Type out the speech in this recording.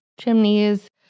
Chimneys